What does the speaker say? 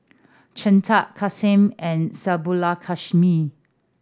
Chetan Kanshi and Subbulakshmi